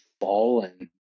fallen